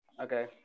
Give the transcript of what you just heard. Okay